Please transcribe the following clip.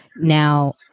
Now